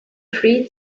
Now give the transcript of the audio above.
free